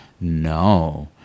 no